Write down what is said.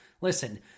Listen